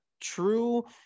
true